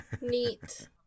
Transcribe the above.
Neat